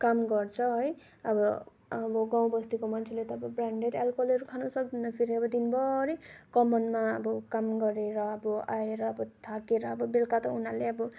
काम गर्छ है अब अब गाउँ बस्तीको मान्छेले त अब ब्रान्डेड एलकोहलहरू खानु सक्दैन फेरि अब दिनभरि कमानमा अब काम गरेर अब आएर अब थाकेर अब बेलुका त अब उनीहरूले अब